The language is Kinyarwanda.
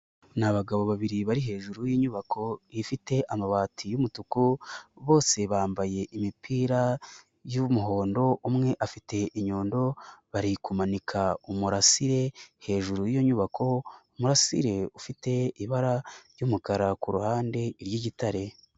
Ni abagabo babiri bari hejuru y'inyubako ifite amabati y'umutuku bose bambaye imipira y'umuhondo umwe afite inyundo bari kumanika umurasire hejuru y'inyubako, umurisire ufite ibara ry'umukara ku ruhande iry'igitare.